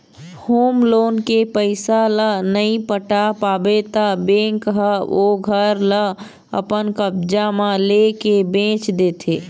home loan के पइसा ल नइ पटा पाबे त बेंक ह ओ घर ल अपन कब्जा म लेके बेंच देथे